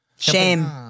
Shame